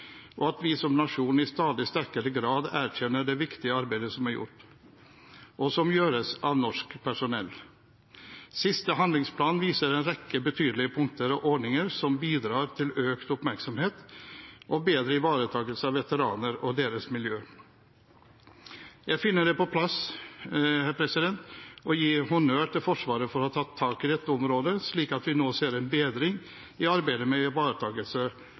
og at vi som nasjon i stadig sterkere grad erkjenner det viktige arbeidet som er gjort, og som gjøres av norsk personell. Siste handlingsplan viser en rekke betydelige punkter og ordninger som bidrar til økt oppmerksomhet og bedre ivaretagelse av veteranene og deres miljø.» Jeg finner det på sin plass å gi honnør til Forsvaret for å ha tatt tak i dette området, slik at vi nå ser en bedring i arbeidet med ivaretakelse